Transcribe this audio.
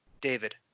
David